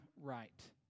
right